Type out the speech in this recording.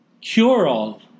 cure-all